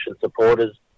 supporters